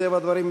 מטבע הדברים,